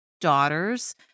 daughters